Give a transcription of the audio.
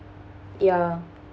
ya